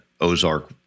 Ozark